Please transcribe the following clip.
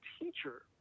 teacher